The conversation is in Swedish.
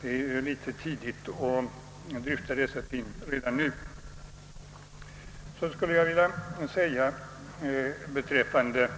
Det är litet tidigt att dryfta dessa frågor redan nu. Beträffande